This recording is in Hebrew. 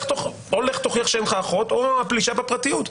ואו שתלך להוכיח שאין לך אחות או הפלישה בפרטיות.